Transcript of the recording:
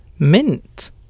mint